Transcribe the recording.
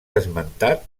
esmentat